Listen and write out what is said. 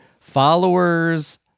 followers